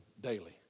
daily